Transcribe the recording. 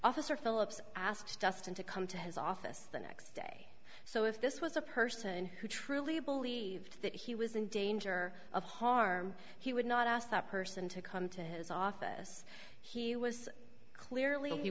officer phillips asked justin to come to his office the next day so if this was a person who truly believed that he was in danger of harm he would not ask that person to come to his office he was clearly he